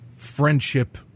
Friendship